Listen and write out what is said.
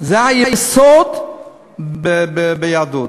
זה היסוד ביהדות.